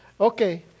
Okay